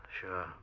sure